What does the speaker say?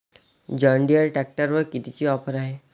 John Deere ट्रॅक्टरवर कितीची offer हाये?